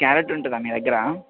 carrot ఉంటుందా మీ దగ్గరా